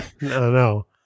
no